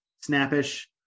snappish